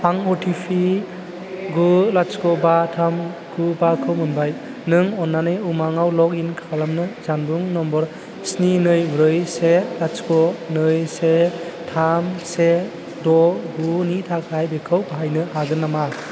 आं अटिपि गु लाथिख' बा थाम गु बा खौ मोनबाय नों अन्नानै उमांआव लगइन खालामनो जानबुं नम्बर स्नि नै ब्रै से लाथिख' नै से थाम से द' गु नि थाखाय बेखौ बाहायनो हागोन नामा